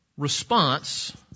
Response